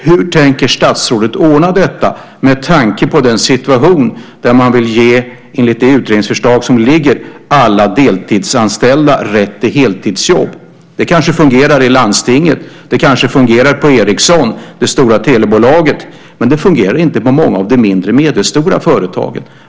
Hur tänker statsrådet ordna detta med tanke på situationen där man, enligt det utredningsförslag som föreligger, vill ge alla deltidsanställda rätt till heltidsjobb? Det fungerar kanske i landstinget eller på Ericsson, det stora telebolaget, men det fungerar inte på många av de mindre och medelstora företagen.